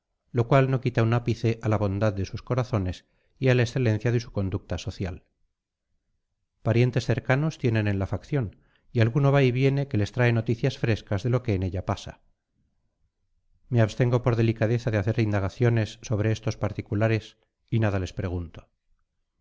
lo cual no quita un ápice a la bondad de sus corazones y a la excelencia de su conducta social parientes cercanos tienen en la facción y alguno va y viene que les trae noticias frescas de lo que en ella pasa me abstengo por delicadeza de hacer indagaciones sobre estos particulares y nada les pregunto